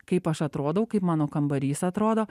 kaip aš atrodau kaip mano kambarys atrodo